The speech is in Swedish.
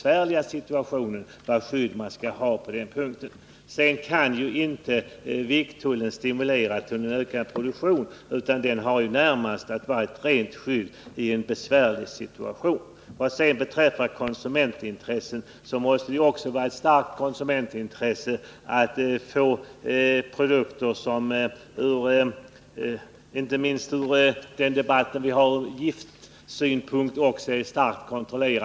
Vikttullen kan ju inte stimulera till en ökad produktion. Den är närmast avsedd att vara ett skydd i en besvärlig situation. Vad beträffar konsumentintresset så måste det inte minst med tanke på debatten om giftfria trädgårdsprodukter vara ett starkt konsumentintresse att kunna få svenska produkter.